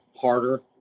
harder